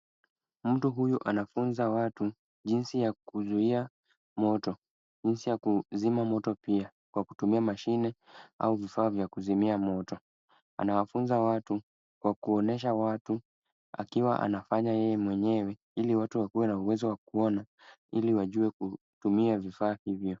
Mtu huyu anafunza watu jinsi ya kuzuia moto. Jinsi ya kuzima moto pia kwa kutumia mashine au vifaa vya kuzimia moto. Anawafunza watu, kwa kuonyesha watu akiwa anafanya yeye mwenyewe ili watu wakuwe na uwezo wa kuona, ili wajue kutumia vifaa hivyo.